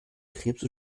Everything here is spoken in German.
krebse